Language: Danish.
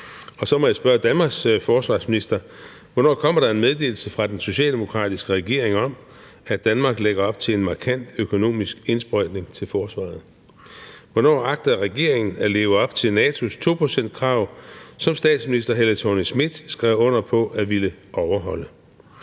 her. Så jeg vil spørge Danmarks forsvarsminister: Hvornår kommer der en meddelelse fra den socialdemokratiske regering om, at Danmark lægger op til en markant økonomisk indsprøjtning til forsvaret? Hvornår agter regeringen at leve op til NATO's 2-procentskrav, som statsminister Helle Thorning-Schmidt skrev under på at ville overholde?